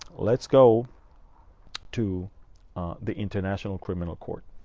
let's go to the international criminal court.